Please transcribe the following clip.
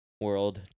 World